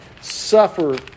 suffer